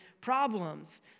problems